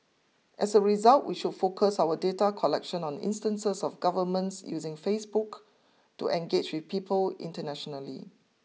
as a result we should focus our data collection on instances of governments using Facebook to engage with people internationally